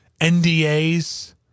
NDAs